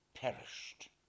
perished